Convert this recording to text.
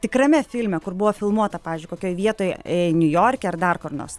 tikrame filme kur buvo filmuota pavyzdžiui kokioj vietoj niujorke ar dar kur nors